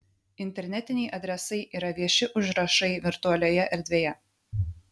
internetiniai adresai yra vieši užrašai virtualioje erdvėje